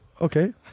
okay